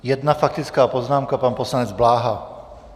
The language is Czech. Jedna faktická poznámka pan poslanec Bláha.